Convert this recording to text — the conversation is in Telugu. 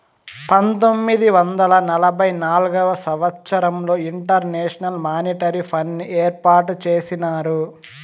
పంతొమ్మిది వందల నలభై నాల్గవ సంవచ్చరంలో ఇంటర్నేషనల్ మానిటరీ ఫండ్ని ఏర్పాటు చేసినారు